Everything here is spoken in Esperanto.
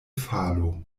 falo